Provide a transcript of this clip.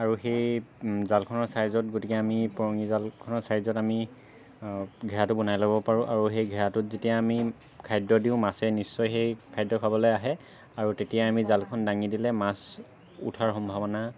আৰু সেই জালখনৰ চাইজত গতিকে আমি পৰঙি জালখনৰ চাইজত আমি ঘেড়াটো বনাই ল'ব পাৰোঁ আৰু ঘেড়াটোত যেতিয়া আমি খাদ্য দিওঁ মাছে নিশ্চয় সেই খাদ্য খাবলৈ আহে আৰু তেতিয়াই আমি জালখন দাঙি দিলে মাছ উঠাৰ সম্ভাৱনা